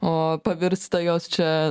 o pavirsta jos čia